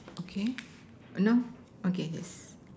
okay now okay is